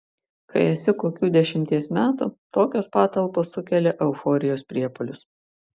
kai esi kokių dešimties metų tokios patalpos sukelia euforijos priepuolius